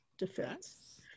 defense